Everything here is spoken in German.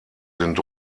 sind